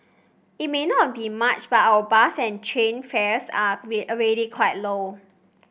it may not be much but our bus and train fares are already quite low